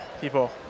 people